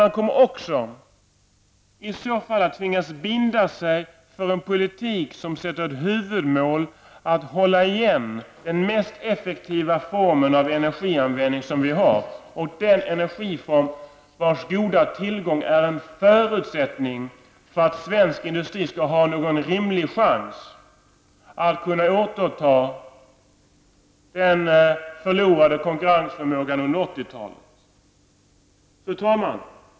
Man kommer också i så fall att tvingas binda sig för en politik som sätter som ett huvudmål att hålla igen den mest effektiva form av energianvändning som vi har. En god tillgång till denna energiform är en förutsättning för att svensk industri skall ha en rimlig chans att kunna återta den under 80-talet förlorade konkurrensförmågan. Fru talman!